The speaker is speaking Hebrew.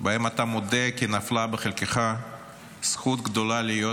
שבהם אתה מודה כי נפלה בחלקיך זכות גדולה להיות